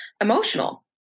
emotional